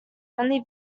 only